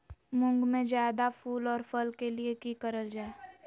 मुंग में जायदा फूल और फल के लिए की करल जाय?